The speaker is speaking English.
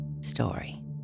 story